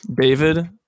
David